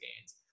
gains